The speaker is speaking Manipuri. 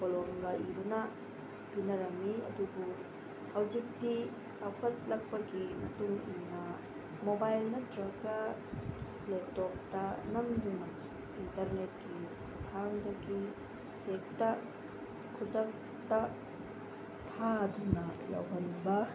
ꯀꯣꯂꯣꯝꯒ ꯏꯗꯨꯅ ꯄꯤꯅꯔꯝꯃꯤ ꯑꯗꯨꯕꯨ ꯍꯧꯖꯤꯛꯇꯤ ꯆꯥꯎꯈꯠꯂꯛꯄꯒꯤ ꯃꯇꯨꯡꯏꯟꯅ ꯃꯣꯕꯥꯏꯜ ꯅꯠꯇ꯭ꯔꯒ ꯂꯦꯞꯇꯣꯞꯇ ꯅꯝꯗꯨꯅ ꯏꯟꯇꯔꯅꯦꯠꯀꯤ ꯈꯨꯊꯥꯡꯗꯒꯤ ꯍꯦꯛꯇ ꯈꯨꯗꯛꯇ ꯊꯥꯗꯨꯅ ꯌꯧꯍꯟꯕ